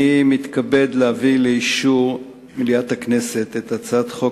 אני מתכבד להביא לאישור מליאת הכנסת את הצעת חוק